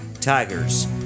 Tigers